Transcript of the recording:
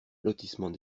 lotissement